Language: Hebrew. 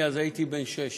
אני הייתי אז בן שש.